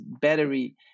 battery